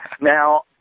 Now